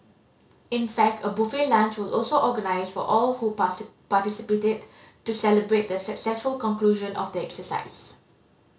in fact a buffet lunch was also organised for all who participated to celebrate the successful conclusion of the exercise